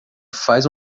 faz